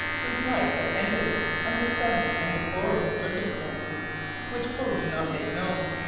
whose life had ended under sudden and deplorable circumstances which poe did not make known.